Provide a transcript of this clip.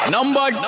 Number